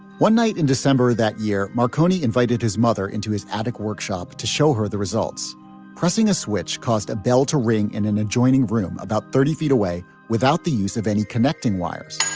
one night in december that year marconi invited his mother into his attic workshop to show her the results pressing a switch caused a bell to ring in an adjoining room about thirty feet away without the use of any connecting wires.